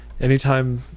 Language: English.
Anytime